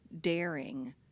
daring